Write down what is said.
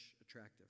attractive